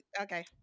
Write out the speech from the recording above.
Okay